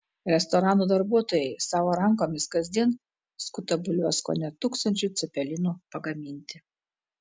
restoranų darbuotojai savo rankomis kasdien skuta bulves kone tūkstančiui cepelinų pagaminti